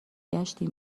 گشتیم